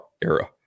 era